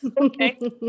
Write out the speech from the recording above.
okay